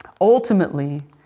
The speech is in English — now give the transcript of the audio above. ultimately